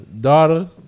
daughter